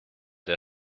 der